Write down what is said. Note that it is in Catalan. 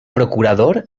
procurador